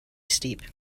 steep